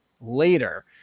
later